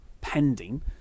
Pending